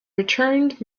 returned